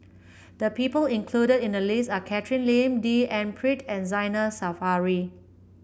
the people included in the list are Catherine Lim D N Pritt and Zainal Sapari